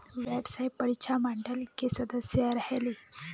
व्यावसायिक परीक्षा मंडल के सदस्य रहे ली?